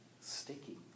sticky